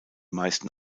meisten